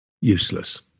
Useless